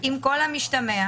אנחנו ראינו את המספרים,